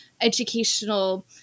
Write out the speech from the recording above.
educational